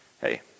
Hey